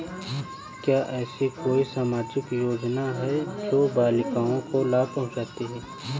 क्या ऐसी कोई सामाजिक योजनाएँ हैं जो बालिकाओं को लाभ पहुँचाती हैं?